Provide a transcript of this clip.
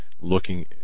looking